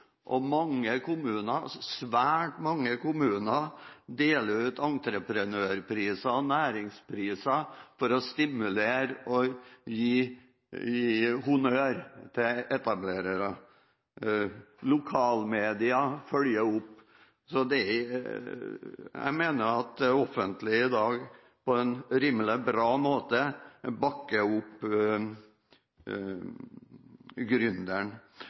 Og svært mange kommuner deler ut entreprenørpriser og næringspriser for å stimulere og gi honnør til etablerere. Lokale media følger opp. Jeg mener at det offentlige i dag på en bra måte bakker opp